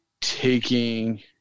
taking